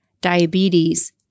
diabetes